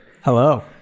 Hello